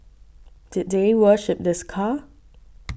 did they worship this car